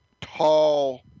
tall